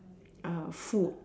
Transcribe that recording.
err food